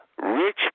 Rich